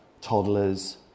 toddlers